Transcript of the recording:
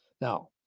Now